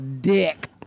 dick